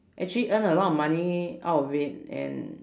actually earn a lot of money out of it and